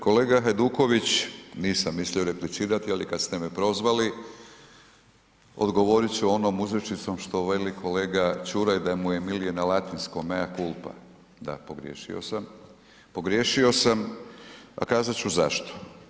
Kolega Hajduković, nisam mislio replicirati, ali kad ste me prozvali odgovorit ću onom uzrečicom što veli kolega Čuraj da mu je milije na latinskom, mea culpa, da pogriješio sam, pogriješio sam, a kazat ću zašto.